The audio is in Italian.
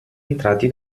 entrati